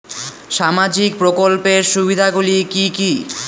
সামাজিক প্রকল্পের সুবিধাগুলি কি কি?